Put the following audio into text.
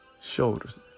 shoulders